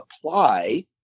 apply